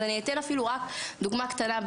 אני אתן דוגמה קטנה.